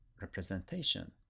representation